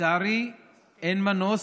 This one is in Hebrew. לצערי אין מנוס,